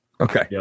Okay